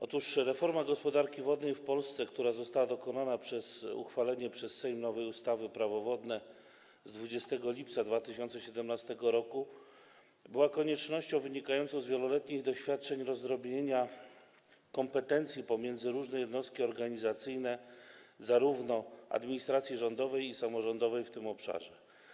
Otóż reforma gospodarki wodnej w Polsce, która została dokonana przez uchwalenie przez Sejm nowej ustawy Prawo wodne z 20 lipca 2017 r., była koniecznością wynikającą z wieloletnich doświadczeń dotyczących rozdrobnienia kompetencji - rozdzielenia ich pomiędzy różne jednostki organizacyjne zarówno administracji rządowej, jak i samorządowej - w tym obszarze.